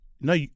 No